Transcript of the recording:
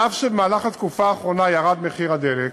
אף שבמהלך התקופה האחרונה ירד מחיר הדלק,